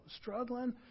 struggling